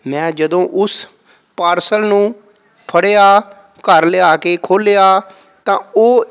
ਮੈਂ ਜਦੋਂ ਉਸ ਪਾਰਸਲ ਨੂੰ ਫੜਿਆ ਘਰ ਲਿਆ ਕੇ ਖੋਲ੍ਹਿਆ ਤਾਂ ਉਹ